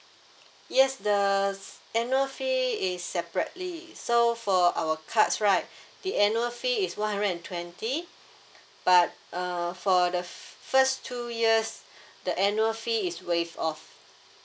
yes the s~ annual fee is separately so for our cards right the annual fee is one hundred and twenty but uh for the first two years the annual fee is waive off